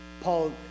Paul